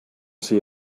see